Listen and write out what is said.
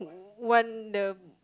one the